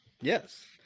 Yes